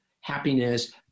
Happiness